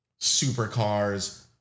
supercars